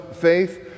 faith